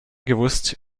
gewusst